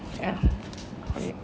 ya call it